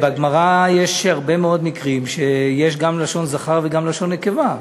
בגמרא יש הרבה מאוד מקרים שיש גם לשון זכר וגם לשון נקבה,